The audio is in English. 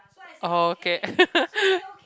oh okay